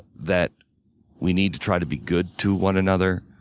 that we need to try to be good to one another,